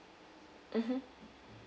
mmhmm